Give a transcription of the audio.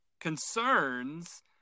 concerns